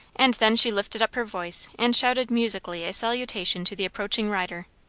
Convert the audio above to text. and then she lifted up her voice and shouted musically a salutation to the approaching rider.